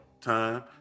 time